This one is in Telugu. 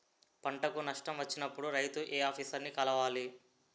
పంటకు నష్టం వచ్చినప్పుడు రైతు ఏ ఆఫీసర్ ని కలవాలి?